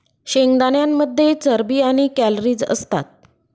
शेंगदाण्यांमध्ये चरबी आणि कॅलरीज असतात